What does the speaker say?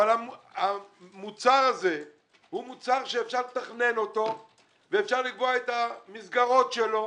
אבל המוצר הזה הוא מוצר שאפשר לתכנן אותו ואפשר לקבוע את המסגרות שלו.